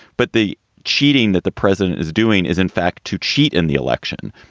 but the cheating that the president is doing is, in fact, to cheat in the election.